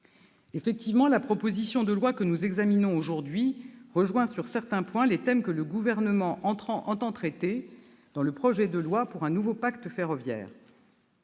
Effectivement, la proposition de loi que nous examinons aujourd'hui rejoint, sur certains points, les thèmes que le Gouvernement entend traiter dans le projet de loi pour un « nouveau pacte ferroviaire